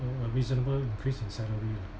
a a reasonable increase in salary ah